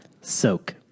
Soak